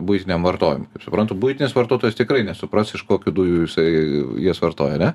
buitiniam vartojimui kaip suprantu buitinis vartotojas tikrai nesupras iš kokių dujų jisai jas vartoja ne